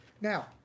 Now